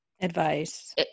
advice